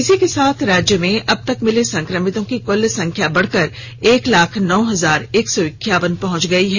इसी के साथ राज्य में अबतक मिले संक्रमितों की कुल संख्या बढ़कर एक लाख नौ हजार एक सौ इक्यावन पहुंच गई है